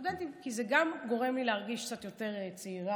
הסטודנטים כי זה גם גורם לי להרגיש קצת יותר צעירה,